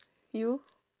you